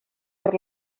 per